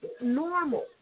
normal